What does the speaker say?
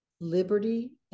liberty